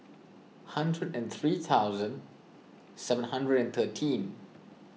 hundred and three thousand seven hundred and thirteen